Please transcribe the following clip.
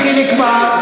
חבר הכנסת חיליק בר,